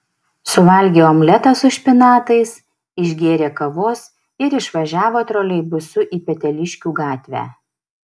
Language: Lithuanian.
suvalgė omletą su špinatais išgėrė kavos ir išvažiavo troleibusu į peteliškių gatvę